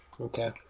Okay